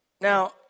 Now